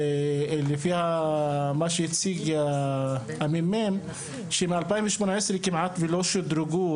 לפי מה שהציג הממ"מ, מ-2018 כמעט ולא שודרגו.